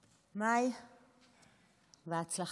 מאי, בהצלחה, אהובה.